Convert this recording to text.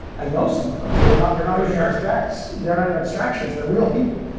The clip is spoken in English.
i know some of them, so they're not they're not even abstracts, they're not even abstractions, they're real people.